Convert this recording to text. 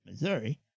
Missouri